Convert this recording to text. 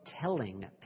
telling